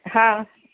हा